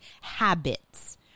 habits